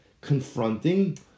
confronting